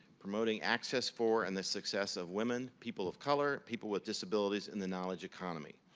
promoting access for and the success of women, people of color, people with disabilities, in the knowledge economy.